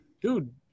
dude